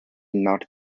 knocked